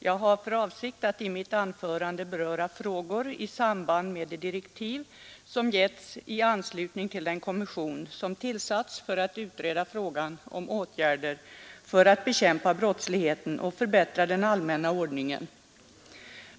Jag har för avsikt att i mitt anförande beröra frågor i samband med de direktiv som givits till den kommission som tillsatts för att utreda frågan om åtgärder för att bekämpa brottsligheten och förbättra den allmänna ordningen.